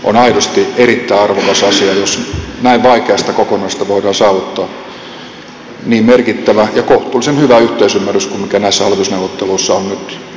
on aidosti erittäin arvokas asia jos näin vaikeasta kokonaisuudesta voidaan saavuttaa niin merkittävä ja kohtuullisen hyvä yhteisymmärrys kuin mikä näissä hallitusneuvotteluissa on nyt tapahtunut